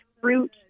fruit